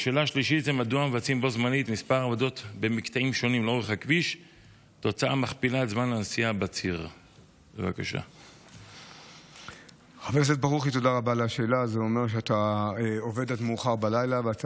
3. מדוע מבצעים